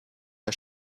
der